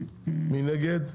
מי נגד?